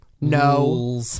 No